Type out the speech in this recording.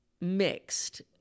mixed